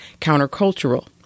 countercultural